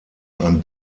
ein